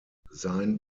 sein